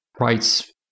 rights